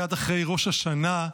מייד אחרי ראש השנה,